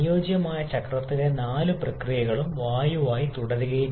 ഈ സമയത്ത് പൂർണ്ണമായും ഇല്ലാതാക്കിയ സിലിണ്ടർ വാതകങ്ങളുടെ ഈ ഘടന അനുയോജ്യമായ ചക്രം